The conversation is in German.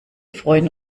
freuen